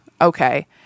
okay